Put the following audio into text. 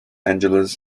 angeles